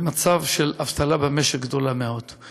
במצב של אבטלה גדולה מאוד במשק.